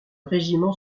régiment